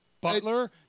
Butler